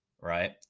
right